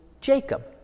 Jacob